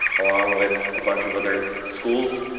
along with bunch of other schools.